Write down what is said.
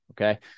okay